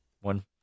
One